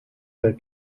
der